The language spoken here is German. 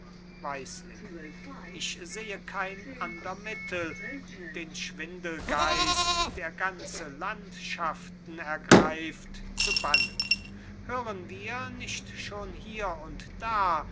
weislingen ich sehe kein ander mittel den schwindelgeist der ganze landschaften ergreift zu bannen hören wir nicht schon hier und da